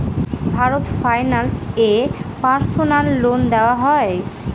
Bharat finance এ personal loan দেওয়া হয়?